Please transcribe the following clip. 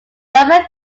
number